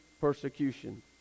persecution